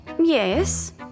Yes